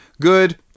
Good